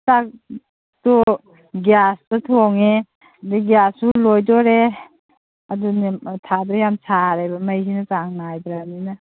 ꯆꯥꯛꯇꯣ ꯒ꯭ꯌꯥꯁꯇ ꯊꯣꯡꯉꯦ ꯑꯗꯒꯤ ꯒ꯭ꯌꯥꯁꯁꯨ ꯂꯣꯏꯗꯣꯔꯦ ꯑꯗꯨꯅ ꯃꯊꯥꯗꯣ ꯌꯥꯝ ꯁꯥꯔꯦꯕ ꯃꯩꯁꯤꯅ ꯆꯥꯡ ꯅꯥꯏꯗ꯭ꯔꯃꯤꯅ